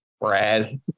Brad